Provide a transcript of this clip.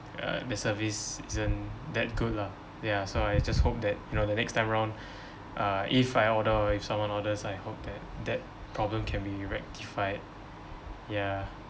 uh the service isn't that good lah ya so I just hope that you know the next time round uh if I order or if someone orders I hope that that problem can be rectified ya